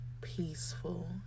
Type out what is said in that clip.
peaceful